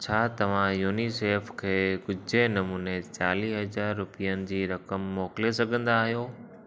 छा तव्हां यूनीसेफ़ खे ॻुझे नमूने चालीह हज़ार रुपियनि जी रक़म मोकिले सघंदा आहियो